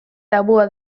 tabua